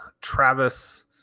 Travis